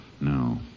No